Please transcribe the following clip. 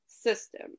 system